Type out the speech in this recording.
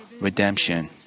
redemption